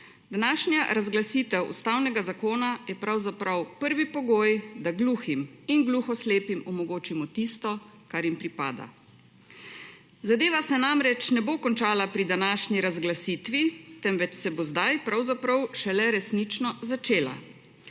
Današnja razglasitev ustavnega zakona je pravzaprav prvi pogoj, da gluhim in gluhoslepim omogočimo tisto, kar jim pripada. Zadeva se namreč ne bo končala pri današnji razglasitvi, temveč se bo zdaj pravzaprav šele resnično začela.